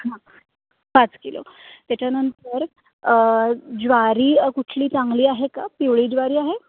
हां पाच किलो त्याच्यानंतर ज्वारी कुठली चांगली आहे का पिवळी ज्वारी आहे